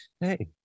Hey